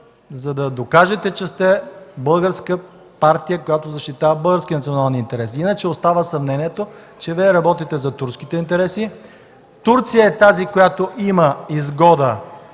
за да докажете, че сте българска партия, която защитава български национални интереси, иначе остава съмнението, че Вие работите за турските интереси? Турция е тази, която има изгода.